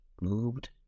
moved